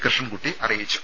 കൃഷ്ണൻകുട്ടി അറിയിച്ചു